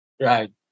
Right